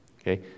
Okay